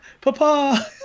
Papa